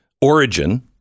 origin